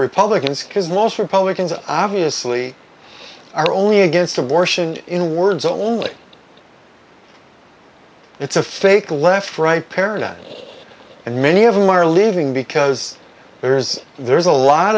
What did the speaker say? republicans because most republicans obviously are only against abortion in the words only it's a fake left right paradigm and many of them are leaving because there is there's a lot